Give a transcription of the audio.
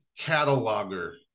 cataloger